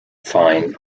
fine